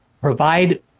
provide